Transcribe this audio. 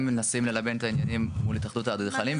הם מנסים ללבן את העניינים מול התאחדות האדריכלים.